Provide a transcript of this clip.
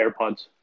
AirPods